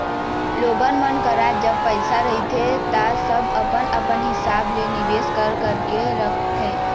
लोगन मन करा जब पइसा रहिथे ता सब अपन अपन हिसाब ले निवेस कर करके रखथे